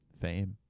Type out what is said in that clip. fame